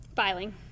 Filing